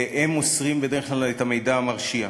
והם מוסרים בדרך כלל את המידע המרשיע.